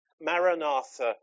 Maranatha